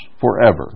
forever